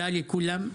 הרבה תודה לכולם.